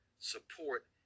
support